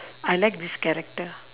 I like this character